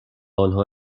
آنها